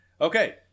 Okay